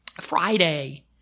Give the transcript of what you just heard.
Friday